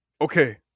Okay